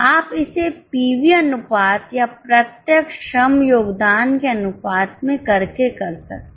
आप इसे पीवी अनुपात या प्रत्यक्ष श्रम योगदान के अनुपात में करके कर सकते हैं